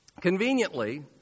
Conveniently